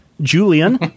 Julian